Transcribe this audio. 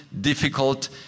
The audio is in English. difficult